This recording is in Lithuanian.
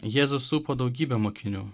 jėzų supo daugybė mokinių